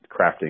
crafting